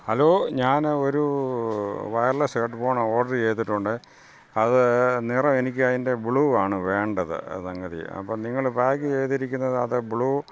hello ഞാൻ ഒരു wireless headphone order ചെയ്തിട്ടുണ്ട് അത് നിറം എനിക്ക് അതിൻ്റെ ബ്ലൂ ആണ് വേണ്ടത് സംഗതി അപ്പം നിങ്ങൾ പാക്ക് ചെയ്തിരിക്കുന്നത് അത് ബ്ലൂ